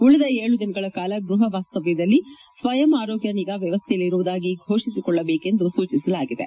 ಉಳಿದ ಏಳು ದಿನಗಳ ಕಾಲ ಗೃಹ ವಾಸ್ತವ್ಯದಲ್ಲಿ ಸ್ವಯಂ ಆರೋಗ್ಯ ನಿಗಾ ವ್ಯವಸ್ಥೆಯಲ್ಲಿ ಇರುವುದಾಗಿ ಘೋಷಿಸಿಕೊಳ್ಳಬೇಕು ಎಂದು ಸೂಚಿಸಲಾಗಿದೆ